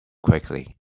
quickly